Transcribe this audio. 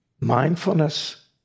Mindfulness